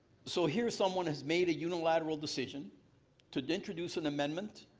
so here someone has made a unilateral decision to introduce an amendment,